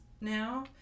now